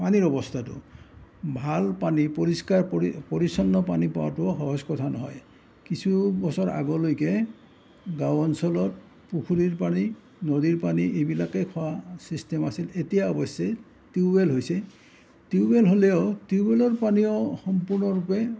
পানীৰ অৱস্থাটো ভাল পানী পৰিষ্কাৰ পৰি পৰিচন্ন পানী পোৱাটো সহজ কথা নহয় কিছু বছৰ আগলৈকে গাঁও অঞ্চলত পুখুৰীৰ পানী নদীৰ পানী এইবিলাকে খোৱাৰ চিষ্টেম আছিল এতিয়া অৱশ্যে টিউ বেল হৈছে টিউ বেল হ'লেও টিউ বেলৰ পানীও সম্পূৰ্ণৰূপে